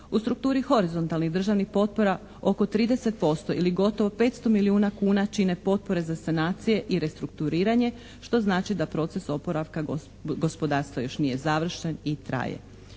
U strukturi horizontalnih državnih potpora oko 30% ili gotovo 500 milijuna kuna čine potpore za sanacije i restrukturiranje što znači da proces oporavka gospodarstva još nije završen i traje.